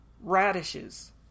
Radishes